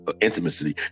intimacy